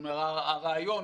כלומר הרעיון,